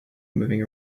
moving